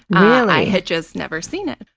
i had just never seen it.